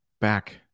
back